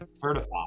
certified